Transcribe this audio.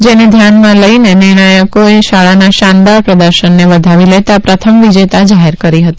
જેને ધ્યાને લેતા નિર્ણાયકોએ શાળાના શાનદાર પ્રદર્શનને વધાવી લેતા પ્રથમ વિજેતા જાહેર કરી હતી